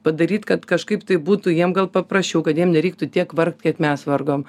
padaryt kad kažkaip tai būtų jiems gal paprasčiau kad jiem nereiktų tiek vargt kiek mes vargom